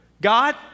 God